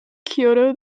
kyoto